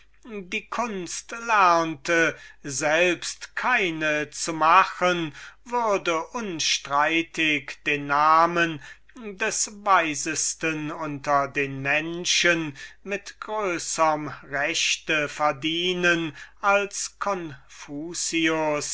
die kunst lernte selbst keine zu machen würde unstreitig den namen des weisesten unter den menschen mit größerm recht verdienen als